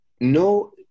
no